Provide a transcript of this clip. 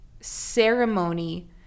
ceremony